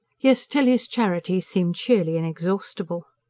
yes, tilly's charity seemed sheerly inexhaustible.